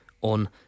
on